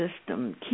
system